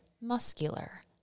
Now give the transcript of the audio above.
muscular